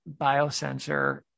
biosensor